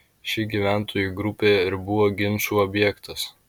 ši gyventojų grupė ir buvo ginčų objektas